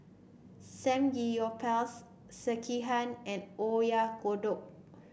Samgeyopsal Sekihan and Oyakodon